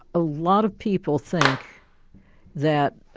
a lot of people think that